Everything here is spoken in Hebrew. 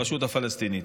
הרשות הפלסטינית.